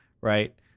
right